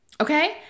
Okay